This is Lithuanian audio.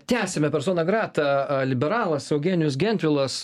tęsiame persona grata liberalas eugenijus gentvilas